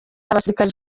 abasirikare